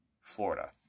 Florida